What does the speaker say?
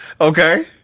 Okay